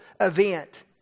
event